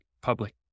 public